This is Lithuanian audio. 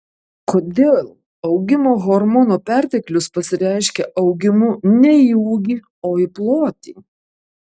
kodėl augimo hormono perteklius pasireiškia augimu ne į ūgį o į plotį